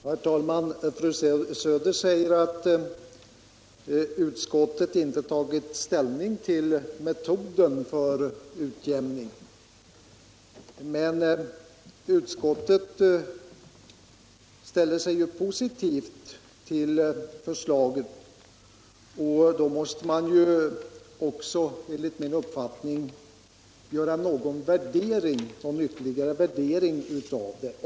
Herr talman! Fru Söder säger att utskottet inte har tagit ställning till metoden för utjämning. Men utskottet ställer sig ju positivt till förslaget. Då borde utskottet också enligt min mening göra en ytterligare värdering av det.